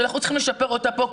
שאנחנו צריכים לשפר אותה פה,